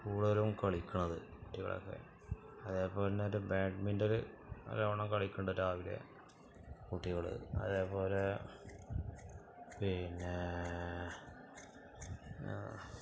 കൂടുതലും കളിക്കുന്നത് കുട്ടികളൊക്കെ അതേപോലന്നെ ബാഡ്മിന്റണ് നല്ലോണം കളിക്കുന്നുണ്ട് രാവിലെ കുട്ടികള് അതേപോലെ പിന്നെ